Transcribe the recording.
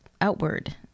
outward